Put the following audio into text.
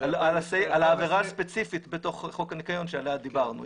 על העבירה הספציפית בתוך חוק הניקיון שעליה דיברנו.